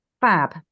Fab